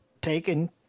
taken